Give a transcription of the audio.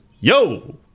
yo